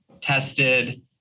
tested